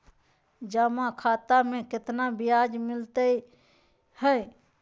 जमा खाता में केतना ब्याज मिलई हई?